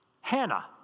Hannah